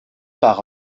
par